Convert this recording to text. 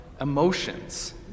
emotions